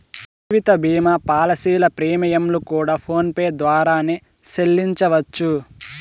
జీవిత భీమా పాలసీల ప్రీమియంలు కూడా ఫోన్ పే ద్వారానే సెల్లించవచ్చు